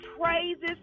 praises